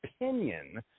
opinion